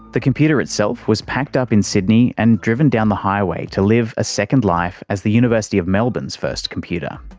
the computer itself was packed up in sydney and driven down the highway to live a second life as the university of melbourne's first computer.